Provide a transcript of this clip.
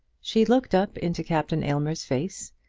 she looked up into captain aylmer's face,